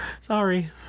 sorry